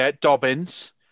Dobbins